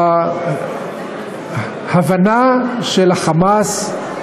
בהבנה של ה"חמאס",